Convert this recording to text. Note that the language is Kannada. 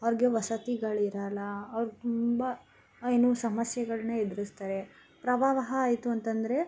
ಅವ್ರಿಗೆ ವಸತಿಗಳಿರಲ್ಲ ಅವ್ರು ತುಂಬ ಏನು ಸಮಸ್ಯೆಗಳನ್ನ ಎದ್ರಿಸ್ತಾರೆ ಪ್ರವಾಹ ಆಯಿತು ಅಂತಂದರೆ